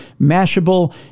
Mashable